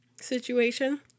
situation